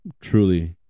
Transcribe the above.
truly